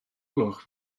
gloch